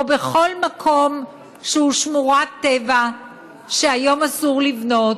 או בכל מקום שהוא שמורת טבע שהיום אסור לבנות